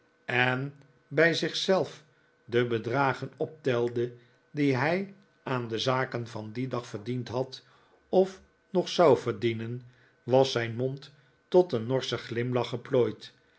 en bij zich zelf de bedragen optelde die hij aan de zaken van dien dag verdiend had of nog zou verdienen was zijn mond tot een norschen glimlach geplooid